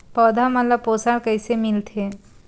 पौधा मन ला पोषण कइसे मिलथे?